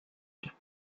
such